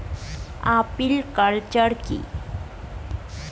Apiculture কি?